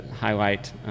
highlight